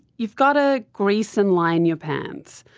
you've got to grease and line your pans.